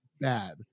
bad